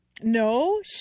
no